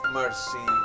mercy